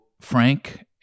Frank